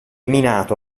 minato